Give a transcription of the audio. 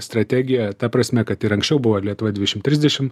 strategija ta prasme kad ir anksčiau buvo lietuva dvidešimt trisdešimt